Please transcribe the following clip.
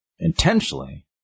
Intentionally